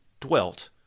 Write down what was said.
Dwelt